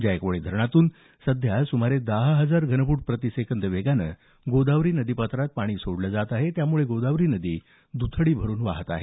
जायकवाडी धरणातून सध्या सुमारे दहा हजार घनफूट प्रतिसेकंद वेगाने गोदावरी नदीपात्रात पाणी सोडलं जात आहे यामुळे गोदावरी नदी दथडी भरून वाहत आहे